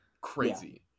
Crazy